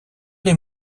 les